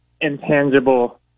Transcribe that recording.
intangible